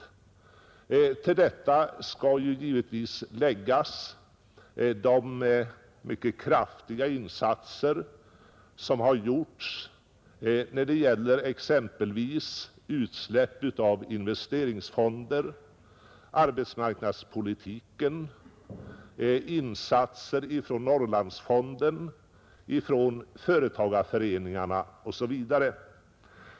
Till detta skall givetvis läggas de mycket kraftiga insatser som har gjorts när det gällt exempelvis utsläpp av investeringsfonder samt arbetsmarknadspolitiken. Det har vidare tillkommit insatser från Norrlandsfonden, från företagarföreningarna osv.